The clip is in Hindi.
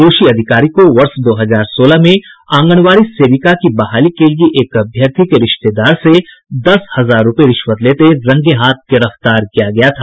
दोषी अधिकारी को वर्ष दो हजार सोलह में आंगनबाड़ी सेविका की बहाली के लिए एक अभ्यर्थी के रिश्तेदार से दस हजार रुपये रिश्वत लेते हुए रंगेहाथ गिरफ्तार किया गया था